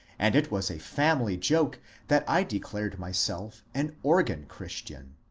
and it was a family joke that i declared myself an organ christian.